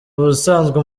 busanzwe